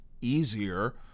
easier